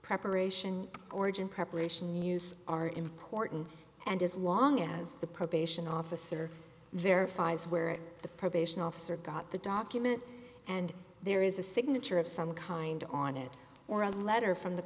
preparation origen preparation news are important and as long as the probation officer verifies where the probation officer got the document and there is a signature of some kind on it or a letter from the